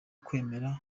kwemera